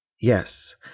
Yes